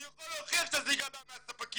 אני יכול להוכיח שהזליגה באה מהספקים.